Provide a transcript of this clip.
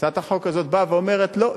הצעת החוק הזאת באה ואומרת: לא,